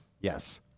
Yes